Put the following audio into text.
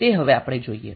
તે હવે આપણે જોઈએ